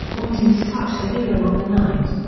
wanting to touch the hero of the night.